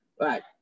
right